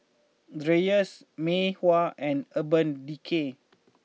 Dreyers Mei Hua and Urban Decay